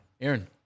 Aaron